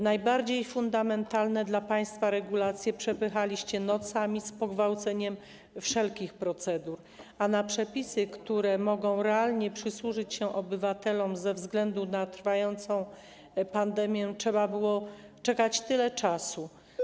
Najbardziej fundamentalne dla państwa regulacje przepychaliście nocami z pogwałceniem wszelkich procedur, a na przepisy, które mogą realnie przysłużyć się obywatelom ze względu na trwającą pandemię, trzeba było czekać tyle czasu.